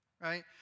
Right